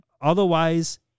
Otherwise